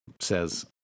says